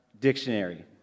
dictionary